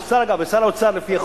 שר האוצר לפי חוק,